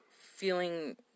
feeling